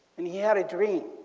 and he had a dream.